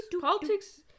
Politics